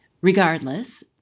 Regardless